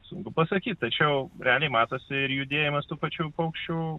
sunku pasakyt tačiau realiai matosi ir judėjimas tų pačių paukščių